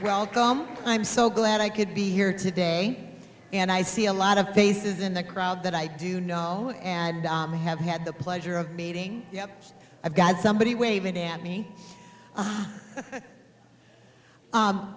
welcome i'm so glad i could be here today and i see a lot of faces in the crowd that i do know and i have had the pleasure of meeting i've got somebody waving at me